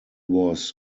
was